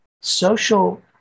Social